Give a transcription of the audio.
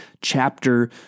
chapter